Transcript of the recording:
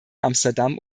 amsterdam